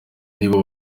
nibo